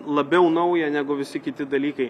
labiau nauja negu visi kiti dalykai